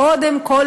קודם כול,